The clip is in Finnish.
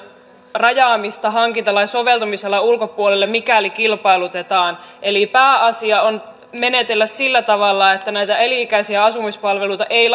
rajaamista hankintalain soveltamisalan ulkopuolelle mikäli kilpailutetaan eli pääasia on että menetellään sillä tavalla että näitä elinikäisiä asumispalveluita ei